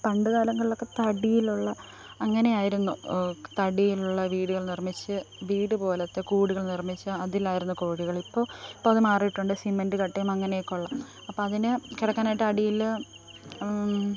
പണ്ട് കാലങ്ങളിലൊക്കെ തടിയിലുള്ള അങ്ങനെയായിരുന്നു തടിയിലുള്ള വീടുകൾ നിർമ്മിച്ച് വീട് പോലെത്തെ കൂടുകൾ നിർമ്മിച്ച് അതിലായിരുന്നു കോഴികൾ ഇപ്പോൾ ഇപ്പം അത് മാറിയിട്ടുണ്ട് സിമൻറ്റ് കട്ടയും അങ്ങനെയൊക്കെ ഉള്ള അപ്പം അതിന് കിടക്കാനായിട്ട് അടിയിൽ